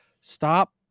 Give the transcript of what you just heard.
stop